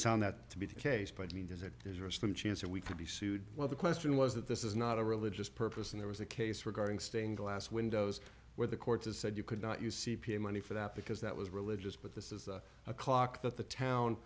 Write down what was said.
sound that to be the case but i mean is it is a slim chance that we could be sued well the question was that this is not a religious purpose and there was a case regarding stained glass windows where the court has said you could not use e p a money for that because that was religious but this is a clock that the town